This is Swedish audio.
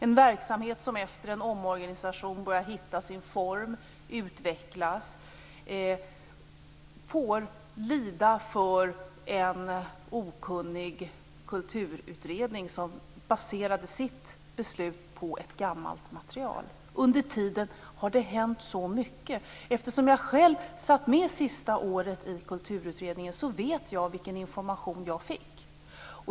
En verksamhet som efter en omorganisation börjar hitta sin form och utvecklas får lida för en okunnig kulturutredning, som baserade sitt beslut på ett gammalt material. Under tiden har det hänt så mycket. Eftersom jag själv satt med i kulturutredningen under det sista året vet jag vilken information jag fick.